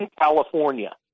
California